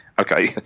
okay